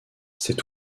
c’est